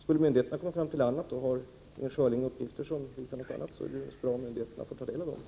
Har Inger Schörling uppgifter som visar någonting annat, vore det naturligtvis bra om myndigheterna fick ta del av dem.